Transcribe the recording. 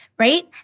Right